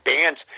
bands